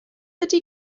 ydy